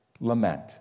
lament